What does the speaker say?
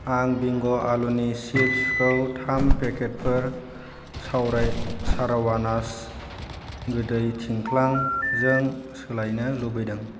आं बिंग' आलुनि चिप्सखौ थाम पेकेटफोर सावराय सारावानास गोदै थिंथ्लां जों सोलायनो लुबैदों